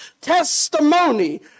testimony